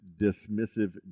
dismissive